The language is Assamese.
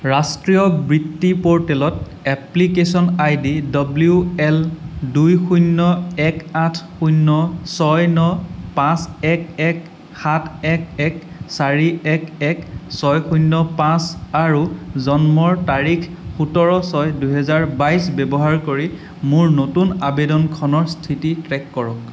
ৰাষ্ট্ৰীয় বৃত্তি প'ৰ্টেলত এপ্লিকেশ্যন আইডি ডব্লিউ এল দুই শূন্য এক আঠ শূন্য ছয় ন পাঁচ এক এক সাত এক এক চাৰি এক এক ছয় শূন্য পাঁচ আৰু জন্মৰ তাৰিখ সোতৰ ছয় দুহেজাৰ বাইছ ব্যৱহাৰ কৰি মোৰ নতুন আবেদনখনৰ স্থিতি ট্ৰে'ক কৰক